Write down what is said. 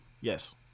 Yes